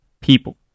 people